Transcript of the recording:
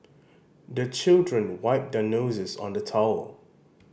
the children wipe their noses on the towel